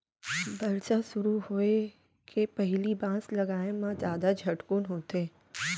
बरसा सुरू होए के पहिली बांस लगाए म जादा झटकुन होथे